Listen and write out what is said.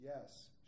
Yes